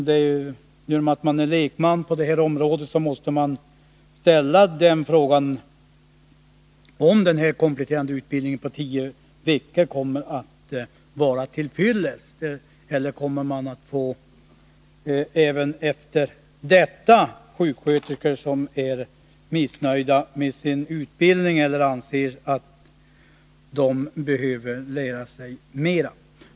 Den som är lekman på detta område måste ställa frågan om denna kompletterande utbildning på tio veckor kommer att vara till fyllest. Eller kommer man även efter denna utbildning att ha sjuksköterskor som är missnöjda med sin utbildning och som anser att de behöver lära sig mera?